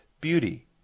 beauty